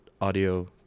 audio